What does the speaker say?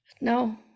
No